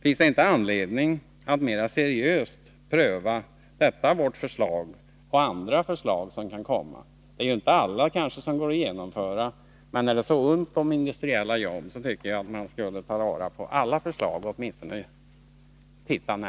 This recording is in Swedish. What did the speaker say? Finns det inte anledning att mera seriöst pröva detta vårt förslag och andra förslag som kan komma upp? Kanske kan inte alla genomföras, men när det är så ont om industriella uppslag tycker jag att man åtminstone skall titta på de förslag som finns.